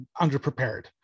underprepared